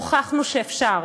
הוכחנו שאפשר.